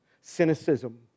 Cynicism